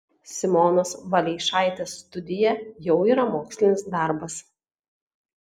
simonos valeišaitės studija jau yra mokslinis darbas